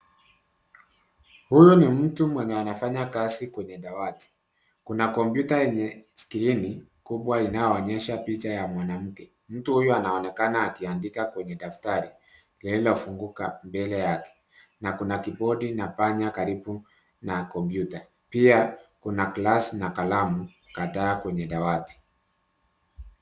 Huyu ni mtu mwenye anafanya kazi kwenye dawati kuna kompyuta yenye skrini kubwa inayoonyesha picha ya mwanamke. Mtu huyu anaonekana akiandika kwenye daftari lillofunguka mbele yake na kuna kibodi na panya karibu na kompyuta. Pia kuna glasi na kalamu kadhaa kwenye dawati.